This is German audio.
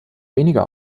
weniger